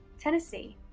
tennessee,